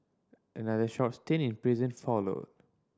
another short stint in prison followed